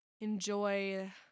enjoy